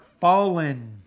fallen